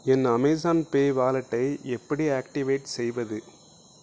என் Amazon pay வாலெட்டை எப்படி activate செய்வது